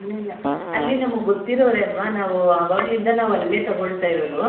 ಇಲ್ಲ ಇಲ್ಲ ಅಲ್ಲಿ ನಮ್ಗೆ ಗೊತ್ತಿರೋರೇ ಅಲ್ವ ನಾವೂ ಆವಾಗ್ನಿಂದ ನಾವು ಅಲ್ಲೇ ತೊಗೊಳ್ತಾಯಿರೋದು